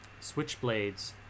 switchblades